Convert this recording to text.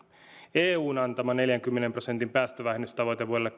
eun antama neljänkymmenen prosentin päästövähennystavoite vuodelle